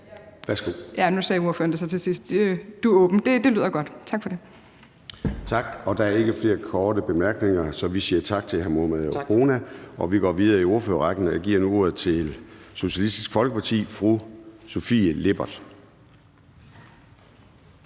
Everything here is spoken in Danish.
(ALT): Nu sagde ordføreren det så til sidst. Han er åben, det lyder godt. Tak for det. Kl. 10:37 Formanden (Søren Gade): Tak. Der er ikke flere korte bemærkninger, så vi siger tak til hr. Mohammad Rona. Vi går videre i ordførerrækken, og jeg giver nu ordet til Socialistisk Folkepartis fru Sofie Lippert.